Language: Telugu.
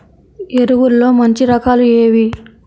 ఎరువుల్లో మంచి రకాలు ఏవి?